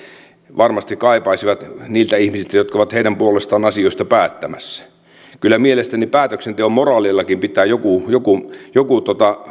varmasti kaipaisivat niiltä ihmisiltä jotka ovat heidän puolestaan asioista päättämässä kyllä mielestäni päätöksenteon moraalillakin pitää joku joku